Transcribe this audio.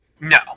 No